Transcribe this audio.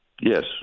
Yes